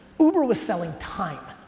uber was selling time.